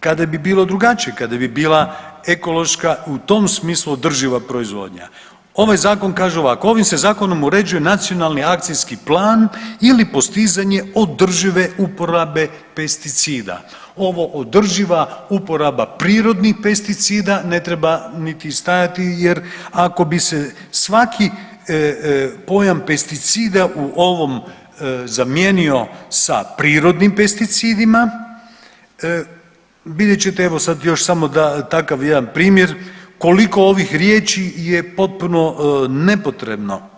kada bi bilo drugačije, kada bi bila ekološka u tom smislu održiva proizvodnja ovaj Zakon kaže ovako: „Ovim se Zakonom uređuje nacionalni akcijski plan ili postizanje održive uporabe pesticida.“ Ovo održiva uporaba prirodnih pesticida ne treba niti stajati jer ako bi se svaki pojam pesticida u ovom zamijenio sa prirodnim pesticidima, vidjet ćete evo sad još samo da takav jedan primjer koliko ovih riječi je potpuno nepotrebno.